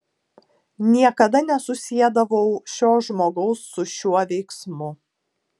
niekada nesusiedavau šio žmogaus su šiuo veiksmu